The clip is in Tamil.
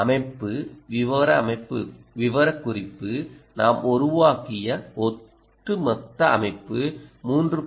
அமைப்பு விவரக்குறிப்புநாம் உருவாக்கிய ஒட்டுமொத்த அமைப்பு 3